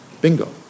Bingo